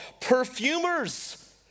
Perfumers